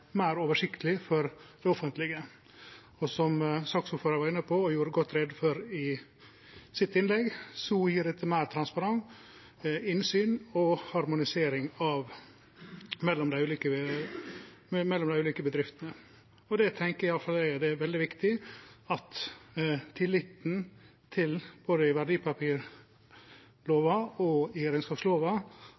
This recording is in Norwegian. meir oversiktleg for det offentlege. Som saksordføraren var inne på og gjorde god greie for i sitt innlegg, gjev dette meir transparens, innsyn og harmonisering mellom dei ulike bedriftene, og i alle fall eg tenkjer det er veldig viktig at tilliten til både verdipapirlova og regnskapslova vert oppretthalden. Det er vi avhengige av, som også finansministeren var inne på i